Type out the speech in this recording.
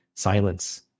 silence